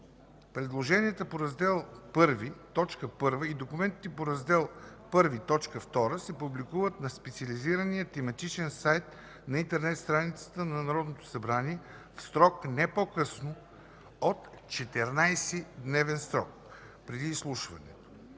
Предложенията по раздел I, т. 1 и документите по Раздел I, т. 2 се публикуват на специализирания тематичен сайт на интернет страницата на Народното събрание в срок не по-късно от 14 дни преди изслушването.